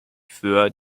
für